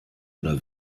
oder